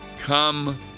Come